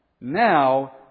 now